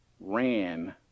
ran